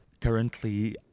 Currently